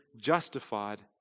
justified